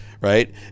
Right